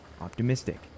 optimistic